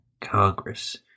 Congress